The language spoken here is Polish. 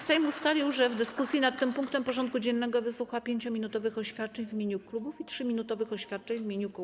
Sejm ustalił, że w dyskusji nad tym punktem porządku dziennego wysłucha 5-minutowych oświadczeń w imieniu klubów i 3-minutowych oświadczeń w imieniu kół.